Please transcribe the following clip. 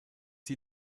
die